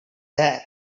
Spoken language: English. there